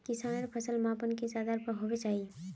किसानेर फसल मापन किस आधार पर होबे चही?